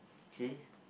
okay